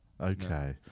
okay